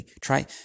Try